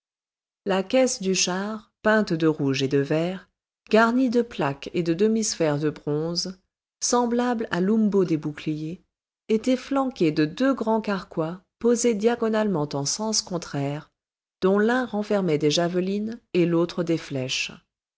la caisse du char peinte de rouge et de vert garnie de plaques et de demi sphères de bronze semblable à l'umbo des boucliers était flanquée de deux grands carquois posés diagonalement en sens contraire dont l'un renfermait des javelines et l'autre des flèches